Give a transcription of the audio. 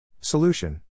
Solution